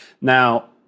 Now